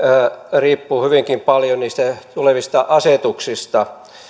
riippuvat hyvinkin paljon niistä tulevista asetuksista